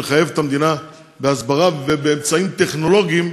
ולחייב את המדינה בהסברה ובאמצעים טכנולוגיים